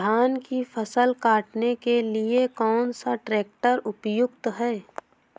धान की फसल काटने के लिए कौन सा ट्रैक्टर उपयुक्त है?